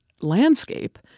landscape